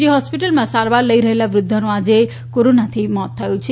જી હોસ્પિટલમાં સારવાર લઇ રહેલ વૃધ્ધાનું આજે કોરોનાથી મોત થયું છે